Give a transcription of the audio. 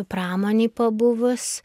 pramonėj pabuvus